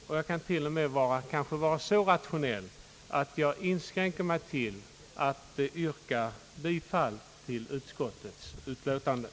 Jag kan kanske till och med vara så rationell att jag inskränker mig till att yrka bifall till utskottets hemställan.